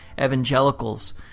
Evangelicals